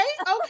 okay